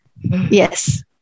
Yes